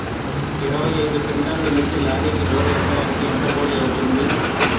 ఇరవై ఐదు క్వింటాల్లు మిర్చి లారీకి లోడ్ ఎత్తడానికి ఎంత కూలి అవుతుంది?